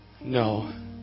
No